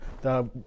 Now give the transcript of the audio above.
the-